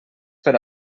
per